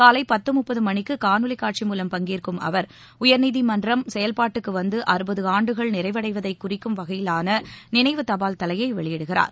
காலை பத்து முப்பது மணிக்கு காணொலி காட்சி மூலம் பங்கேற்கும் அவர் உயர்நீதிமன்றம் செயல்பாட்டுக்கு வந்து அறுபது ஆண்டுகள் நிறைவடைவதை குறிக்கும் வகையிலான நினைவு தபால் தலையை வெளியிடுகிறார்